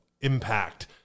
impact